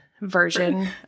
version